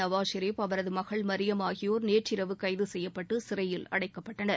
நவாஸ் ஷெரீப் அவரதுமகள் மரியம் ஆகியோர் நேற்றிரவு கைதசெய்யப்பட்டுசிறையில் அடைக்கப்பட்டனர்